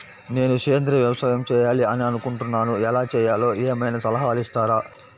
నేను సేంద్రియ వ్యవసాయం చేయాలి అని అనుకుంటున్నాను, ఎలా చేయాలో ఏమయినా సలహాలు ఇస్తారా?